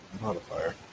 Modifier